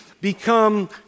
become